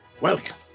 Welcome